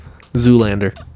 Zoolander